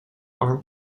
armed